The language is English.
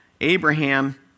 Abraham